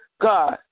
God